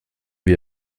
wir